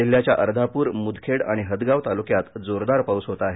जिल्ह्याच्या अर्धाप्र मुदखेड आणि हदगाव तालुक्यात जोरदार पाऊस होत आहे